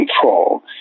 control